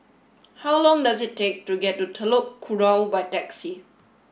how long does it take to get to Telok Kurau by taxi